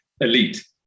elite